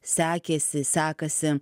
sekėsi sekasi